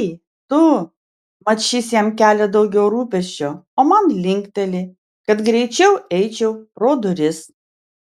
ei tu mat šis jam kelia daugiau rūpesčio o man linkteli kad greičiau eičiau pro duris